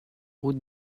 route